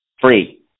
free